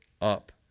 up